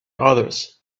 others